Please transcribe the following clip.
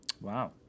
Wow